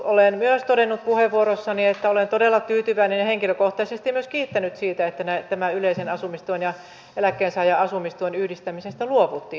olen myös todennut puheenvuoroissani että olen todella tyytyväinen ja henkilökohtaisesti myös kiittänyt siitä että yleisen asumistuen ja eläkkeensaajan asumistuen yhdistämisestä luovuttiin